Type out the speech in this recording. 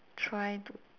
try to